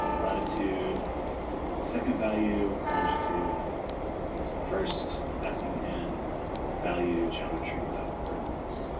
latitude is the second value. longitude is the first passing in value, geometry coordinates.